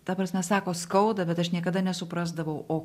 ta prasme sako skauda bet aš niekada nesuprasdavau o